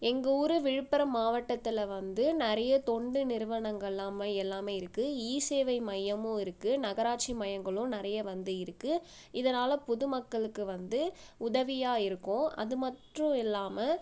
எங்கள் ஊர் விழுப்புரம் மாவட்டத்தில் வந்து நிறைய தொண்டு நிறுவனங்களெலாம எல்லாமே இருக்குது இசேவை மையமும் இருக்குது நகராட்சி மையங்களும் நிறைய வந்து இருக்குது இதனால் பொதுமக்களுக்கு வந்து உதவியாக இருக்கும் அதுமற்றும் இல்லாமல்